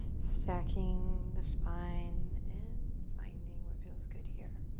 stacking the spine and finding what feels good here.